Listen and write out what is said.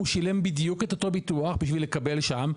הוא שילם בדוק את אותו ביטוח בשביל לקבל שם,